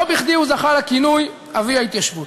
לא בכדי הוא זכה לכינוי "אבי ההתיישבות".